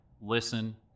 listen